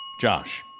Josh